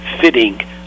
fitting